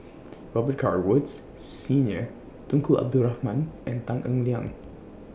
Robet Carr Woods Senior Tunku Abdul Rahman and Tan Eng Liang